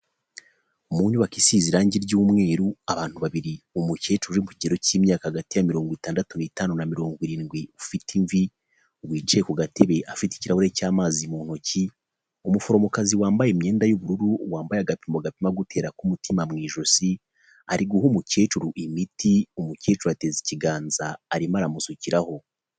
Mu nyubako isize irangi ry'umweru, abantu babiri umukecuru uri mu kigero cy'imyaka hagati ya mirongo itandatu n'itanu na mirongo irindwi, ufite imvi wicaye ku gatebe afite ikirahuri cy'amazi mu ntoki. Umuforomokazi wambaye imyenda y'ubururu, wambaye agapimo gapima gutera k'umutima mu ijosi, ari guha umukecuru imiti, umukecuru ateze ikiganza arimo aramusukiraho.